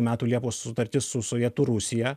metų liepos sutartis su sovietų rusija